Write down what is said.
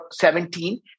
17